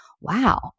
Wow